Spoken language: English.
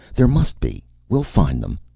there must be. we'll find them.